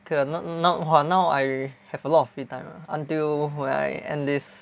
okay lah now okay lah now I have a lot of free time ah until I enlist